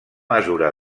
mesura